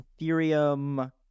Ethereum